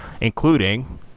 including